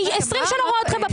אני 20 שנים רואה אתכם בפוליטיקה.